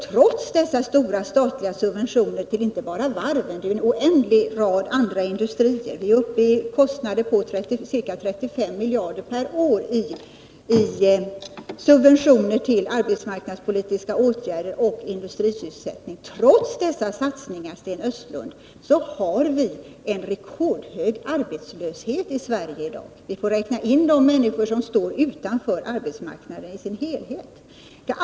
Trots dessa stora statliga subventioner, inte bara till varven utan till en oändlig rad andra industrier — vi är uppe i ca 35 miljarder per år i kostnader för subventioner till arbetsmarknadspolitiska åtgärder och industrisysselsättning— har vi en rekordhög arbetslöshet i Sverige i dag; vi får räkna in de människor som står utanför arbetsmarknaden i dess helhet.